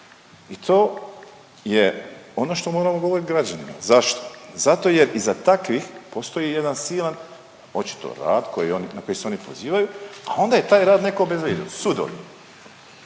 I to je ono što moramo govoriti građanima. Zašto, zato jer iza takvih postoji jedan silan očito rad na koji se oni pozivaju, a onda je taj rad netko obezvrijedio sudovi.